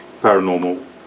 paranormal